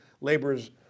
laborer's